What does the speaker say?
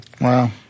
Wow